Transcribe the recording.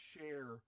share